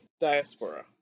diaspora